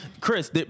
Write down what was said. Chris